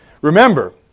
Remember